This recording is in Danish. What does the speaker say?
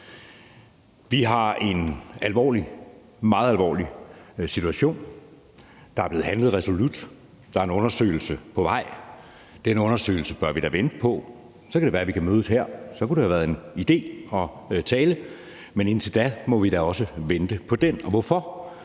Vi har en meget alvorlig situation. Der er blevet handlet resolut. Der er en undersøgelse på vej. Den undersøgelse bør vi da vente på. Så kan det være, at vi kan mødes her, og der kunne det så være en idé at tale, men indtil da må vi da vente på den. Hvorfor?